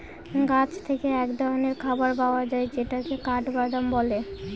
গাছ থেকে এক ধরনের খাবার পাওয়া যায় যেটাকে কাঠবাদাম বলে